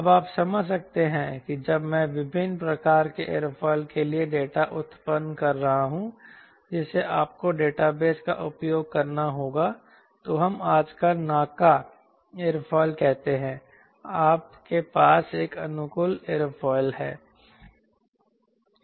अब आप समझ सकते हैं जब मैं विभिन्न प्रकार के एयरफॉइल के लिए डेटा उत्पन्न कर रहा हूं जिसे आपको डेटाबेस का उपयोग करना होगा तो हम आजकल NACA एयरफॉइल कहते हैं आपके पास एक अनुकूलित एयरफॉइल है